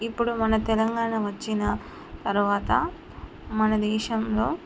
ఇప్పుడు మన తెలంగాణ వచ్చిన తర్వాత మన దేశంలో